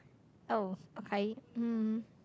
oh okay mm